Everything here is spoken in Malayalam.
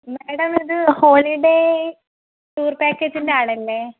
മാഡം ഇത് ഹോളിഡേ ടൂർ പാക്കേജിൻ്റെ ആളല്ലേ